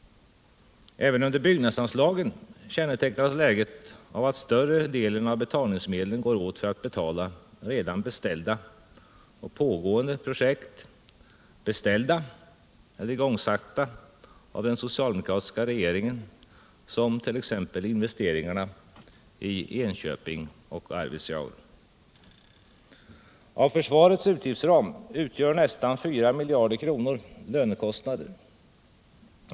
Även under byggnadsanslagen kännetecknas läget av att större delen av betalningsmedlen går åt för att betala redan beställda och pågående projekt — beställda eller igångsatta av den socialdemokratiska regeringen, som t.ex. investeringarna i Enköping och Arvidsjaur. Av försvarets utgiftsram utgör nästan 4 miljarder kronor lönekostnader.